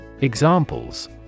Examples